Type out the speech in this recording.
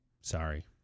sorry